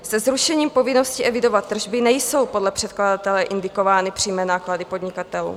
Se zrušením povinnosti evidovat tržby nejsou podle předkladatele indikovány přímé náklady podnikatelů.